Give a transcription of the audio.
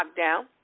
lockdown